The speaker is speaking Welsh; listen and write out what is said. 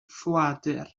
ffoadur